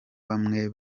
bamwe